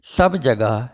सभजगह